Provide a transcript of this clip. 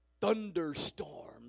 Thunderstorms